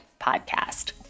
podcast